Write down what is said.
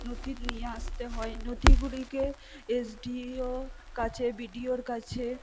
নথি নিয়ে আসতে হয় নথিগুলিকে এস ডি ওর কাছে বি ডি ওর কাছে